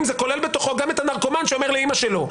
זה כולל בתוכו גם את הנרקומן שאומר לאימא שלו.